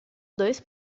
dois